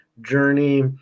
journey